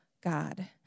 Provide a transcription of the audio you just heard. God